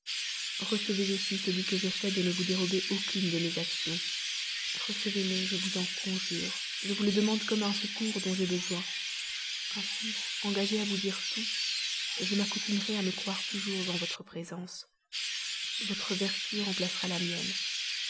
recevez aussi celui que je fais de ne vous dérober aucune de mes actions recevez-le je vous en conjure je vous le demande comme un secours dont j'ai besoin ainsi engagée à vous dire tout je m'accoutumerai à me croire toujours en votre présence votre vertu remplacera la mienne